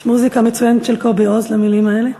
יש מוזיקה מצוינת של קובי אוז למילים האלה.